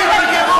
אדריכלית הגירוש,